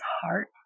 heart